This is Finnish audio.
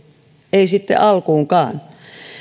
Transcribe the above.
ei sitten alkuunkaan